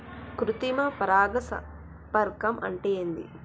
కృత్రిమ పరాగ సంపర్కం అంటే ఏంది?